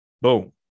Boom